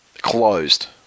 closed